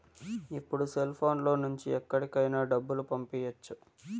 ఇప్పుడు సెల్ఫోన్ లో నుంచి ఎక్కడికైనా డబ్బులు పంపియ్యచ్చు